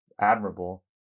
admirable